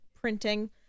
printing